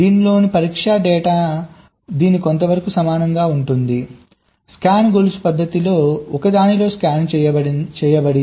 దీనిలోని పరీక్ష డేటా దీనికి కొంతవరకు సమానంగా ఉంటుంది స్కాన్ గొలుసు పద్ధతిలో ఒకదానిలో స్కాన్ చేయండి